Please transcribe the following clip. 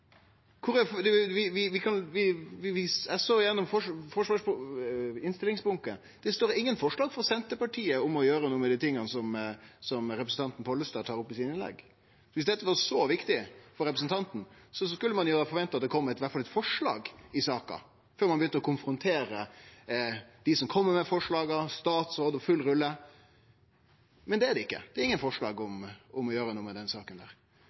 gjennom innstillingsbunken. Det er ingen forslag frå Senterpartiet om å gjere noko med det som representanten Pollestad tar opp i innlegga sine. Viss dette var så viktig for representanten, skulle ein jo ha venta at det i alle fall kom eit forslag i saka før ein begynner å konfrontere dei som kjem med forslag, statsråden – full rulle. Men det er ingen forslag om å gjere noko med den saka.